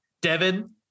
Devin